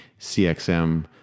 CXM